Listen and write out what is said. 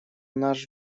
наш